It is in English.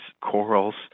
corals